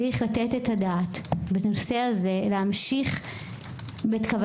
צריך לתת את הדעת בנושא הזה להמשיך בכוונת